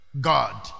God